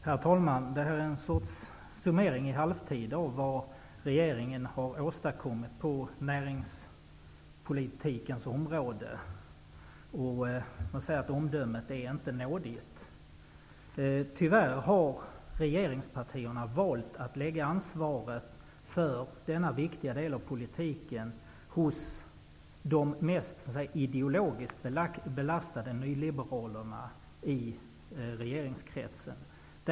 Herr talman! Detta är en sorts summering i halvtid av vad regeringen har åstadkommit på näringspolitikens område. Omdömet är inte nådigt. Tyvärr har regeringspartierna valt att lägga ansvaret för denna viktiga del av politiken hos de ideologiskt mest belastade nyliberalerna i regeringskretsen.